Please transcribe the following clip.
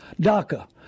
DACA